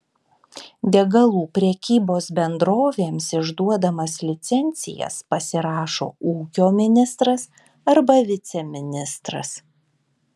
degalų prekybos bendrovėms išduodamas licencijas pasirašo ūkio ministras arba viceministras